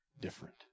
different